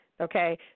okay